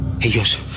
ellos